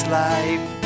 life